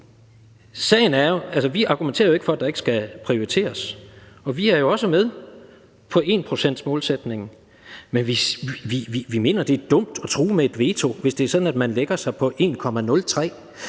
Sagen er jo den, at vi ikke argumenterer for, at der ikke skal prioriteres. Vi er jo også med på 1-procentsmålsætningen, men vi mener, det er dumt at true med et veto, hvis det er sådan, at man lægger sig på 1,03.